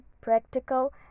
practical